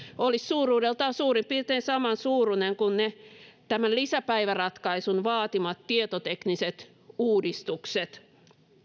olisi suuruudeltaan suurin piirtein samansuuruinen kuin ne tämän lisäpäiväratkaisun vaatimat tietotekniset uudistukset